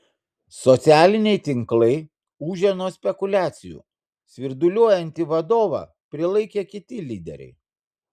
socialiniai tinklai ūžia nuo spekuliacijų svirduliuojantį vadovą prilaikė kiti lyderiai